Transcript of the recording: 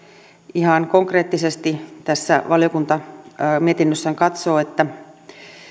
ihan konkreettisesti tässä valiokunta mietinnössään katsoo että